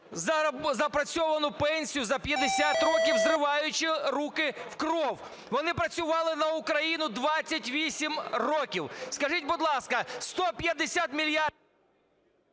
запрацьовану пенсію за 50 років, зриваючи руки в кров. Вони працювали на України 28 років. Скажіть, будь ласка, 150 …